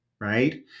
right